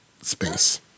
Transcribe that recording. space